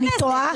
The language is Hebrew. אני טועה?